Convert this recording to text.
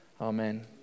amen